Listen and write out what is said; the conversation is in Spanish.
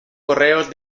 correos